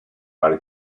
vari